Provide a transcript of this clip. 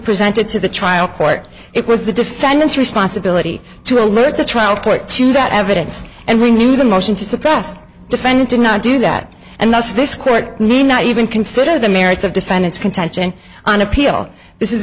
presented to the trial court it was the defendant's responsibility to alert the trial court to that evidence and renew the motion to suppress defendant did not do that and thus this court need not even consider the merits of defendant's contention on appeal this is